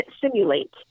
simulate